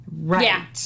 Right